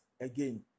again